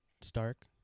Stark